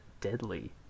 deadly